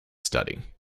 study